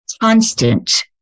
constant